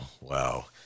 Wow